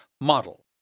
Model